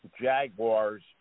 Jaguars